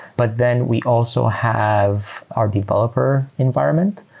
but then we also have our developer environment.